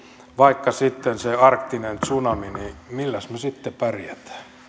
vaikka sitten se arktinen tsunami niin milläs me sitten pärjäämme